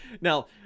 now